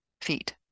feet